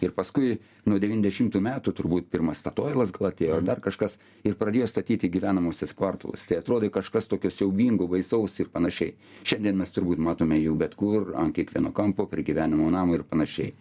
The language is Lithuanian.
ir paskui nuo devyniasdešimtų metų turbūt pirmas statoilas gal atėjo ar dar kažkas ir pradėjo statyti gyvenamuosiuos kvartaluose tai atrodė kažkas tokio siaubingo baisaus ir panašiai šiandien mes turbūt matome jau bet kur ant kiekvieno kampo prie gyvenimo namo ir panašiai